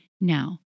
Now